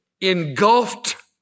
engulfed